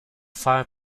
faire